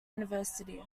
university